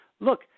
Look